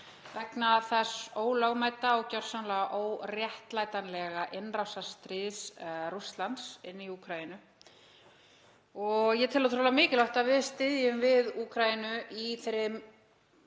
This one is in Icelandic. vegna þessa ólögmæta og gjörsamlega óréttlætanlega innrásarstríðs Rússlands í Úkraínu. Ég tel ótrúlega mikilvægt að við styðjum við Úkraínu í þeirri